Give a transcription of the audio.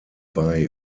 bei